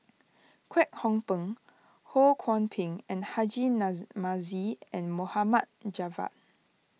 Kwek Hong Png Ho Kwon Ping and Haji Namazie Mohd Javad